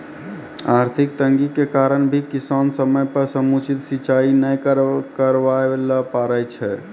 आर्थिक तंगी के कारण भी किसान समय पर समुचित सिंचाई नाय करवाय ल पारै छै